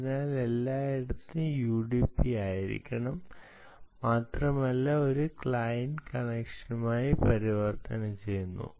അതിനാൽ ഇത് എല്ലായിടത്തും യുഡിപി ആയിരിക്കണം മാത്രമല്ല അത് ഒരു ക്ലയൻറ് കണക്ഷനായി പരിവർത്തനം ചെയ്യുന്നു